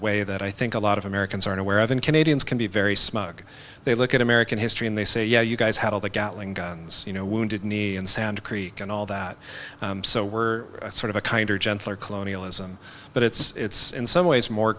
way that i think a lot of americans aren't aware of and canadians can be very smug they look at american history and they say yeah you guys have all the gatling guns you know wounded knee and sand creek and all that so we're sort of a kinder gentler colonialism but it's in some ways more